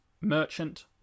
merchant